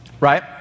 Right